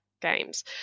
games